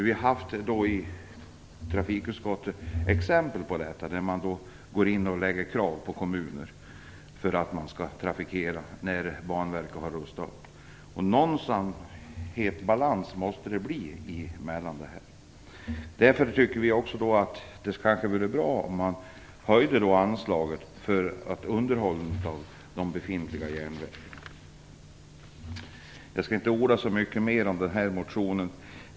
Vi har i trafikutskottet haft ett exempel på att SJ ställt krav på kommuner för att man skall trafikera när Banverket har rustat upp. Någon balans måste det bli på det här området. Därför tycker vi att det vore bra om man höjde anslaget för underhåll av de befintliga järnvägarna. Jag skall inte orda så mycket mer om den motionen.